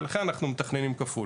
ולכן אנחנו מתכננים כפול.